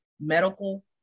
medical